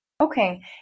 Okay